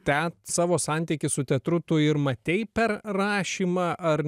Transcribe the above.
tą savo santykį su teatru tu ir matei per rašymą ar